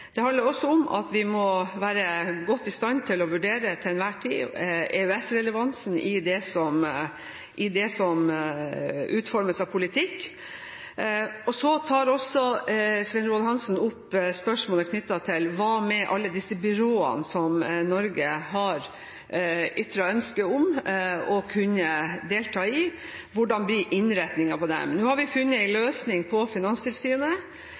Det handler også om at vi må være godt i stand til å vurdere, til enhver tid, EØS-relevansen i det som utformes av politikk. Svein Roald Hansen tar også opp spørsmålet om alle disse byråene som Norge har ytret ønske om å kunne delta i, og hvordan innretningen av dem blir. Nå har vi funnet en løsning på finanstilsynet,